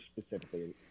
specifically